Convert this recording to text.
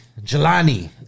Jelani